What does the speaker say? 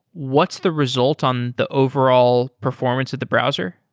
what's the result on the overall performance of the browser?